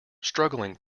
struggling